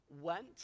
went